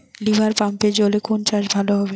রিভারপাম্পের জলে কোন চাষ ভালো হবে?